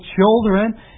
children